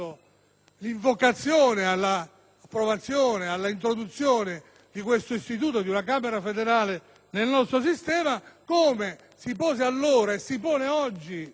l'invocazione all'introduzione di una Camera federale nel nostro sistema, come si pose allora e si pone oggi